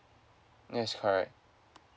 yes correct